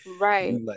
right